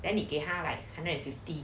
then 你给他 like hundred and fifty